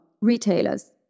retailers